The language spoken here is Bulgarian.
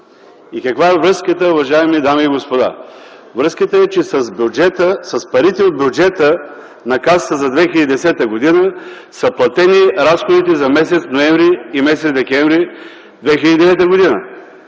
Каква е връзката, уважаеми дами и господа? Връзката е, че с парите от бюджета на Касата за 2010 г. са платени разходите за м. ноември и м. декември 2009 г.